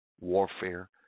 warfare